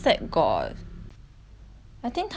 I think 他 one set I think